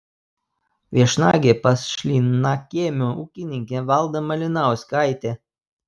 viešnagė pas šlynakiemio ūkininkę valdą malinauskaitę